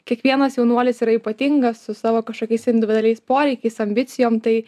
kiekvienas jaunuolis yra ypatingas su savo kažkokiais individualiais poreikiais ambicijom tai